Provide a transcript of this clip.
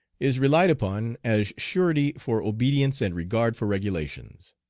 is relied upon as surety for obedience and regard for regulations.